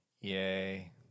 Yay